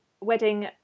wedding